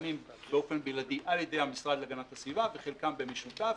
ניתנים באופן בלעדי על ידי המשרד להגנת הסביבה וחלקם במשותף.